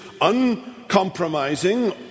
uncompromising